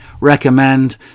recommend